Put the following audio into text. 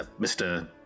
Mr